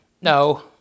no